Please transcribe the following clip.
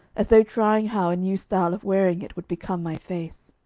as though trying how a new style of wearing it would become my face.